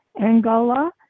Angola